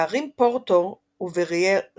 בערים פורטו ובראירו